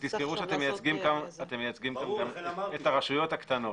תזכרו שאתם מייצגים גם את הרשויות הקטנות.